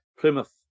Plymouth